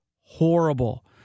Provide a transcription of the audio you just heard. horrible